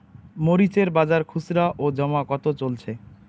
মরিচ এর বাজার খুচরো ও জমা কত চলছে?